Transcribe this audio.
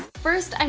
first, and